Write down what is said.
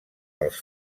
dels